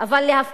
אבל זה לא נכון.